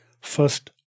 first